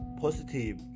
positive